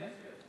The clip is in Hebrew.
כן, כן.